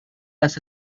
las